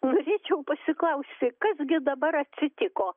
norėčiau pasiklausti kas gi dabar atsitiko